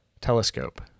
telescope